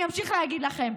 אני אמשיך להגיד לכם.